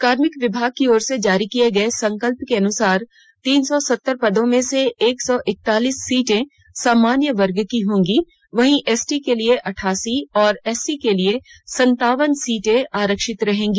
कार्मिक विभाग की ओर से जारी किए गए संकल्प के अनुसार तीन सौ सत्तर पदों में से एक सौ इकतालीस सीटें सामान्य वर्ग की होंगी वहीं एसटी के लिए अट्ठासी और एस सी के लिए सन्तावन सीटें आरक्षित रहेंगी